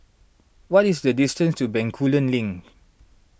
what is the distance to Bencoolen Link